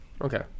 Okay